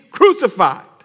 Crucified